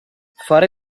fare